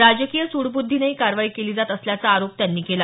राजकीय सूडबुद्धीने ही कारवाई केली जात असल्याचा आरोप त्यांनी केला